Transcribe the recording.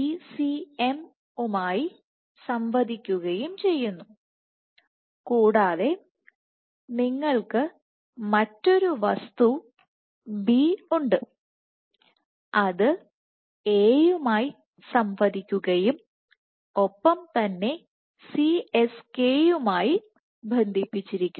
ECM യുമായി സംവദിക്കുകയും ചെയ്യുന്നു കൂടാതെ നിങ്ങൾക്ക് മറ്റൊരു വസ്തു B ഉണ്ട് അത് A യുമായി സംവദിക്കുകയും ഒപ്പം തന്നെ CSK യുമായി ബന്ധിപ്പിച്ചിരിക്കുന്നു